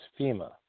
FEMA